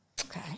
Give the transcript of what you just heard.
Okay